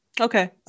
Okay